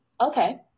Okay